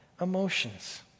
emotions